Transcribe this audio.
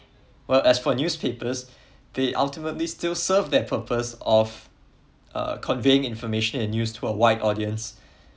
well as for newspapers they ultimately still serve that purpose of uh conveying information and news to a wide audience